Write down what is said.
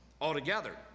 altogether